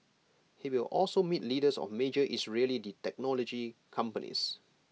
he will also meet leaders of major Israeli technology companies